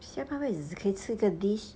下半辈子只可以吃一个 dish